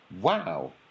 wow